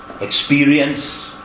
experience